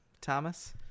thomas